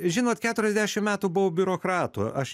žinot keturiasdešim metų buvau biurokratu aš